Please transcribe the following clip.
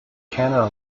canada